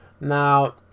Now